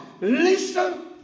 listen